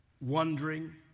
wondering